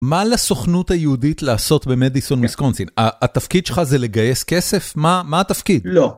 מה לסוכנות היהודית לעשות במדיסון-ויסקונסין? התפקיד שלך זה לגייס כסף? מה התפקיד? לא.